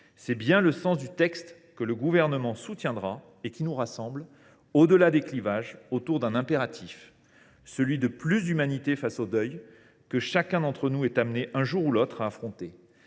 c’est bien le sens du texte que le Gouvernement soutiendra et qui nous rassemble, au delà des clivages, autour d’un impératif : celui de plus d’humanité face au deuil, que chacun d’entre nous est amené, un jour ou l’autre, à affronter.